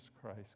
Christ